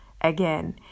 again